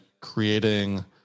creating